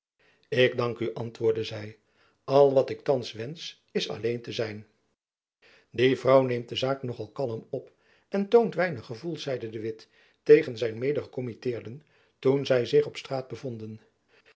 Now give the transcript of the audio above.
ik dank u antwoordde zy al wat ik thands wensch is alleen te zijn die vrouw neemt de zaak nog al kalm op en toont weinig gevoel zeide de witt tegen zijn mede gekommitteerden toen zy zich op straat bevonden